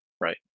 Right